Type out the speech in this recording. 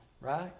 right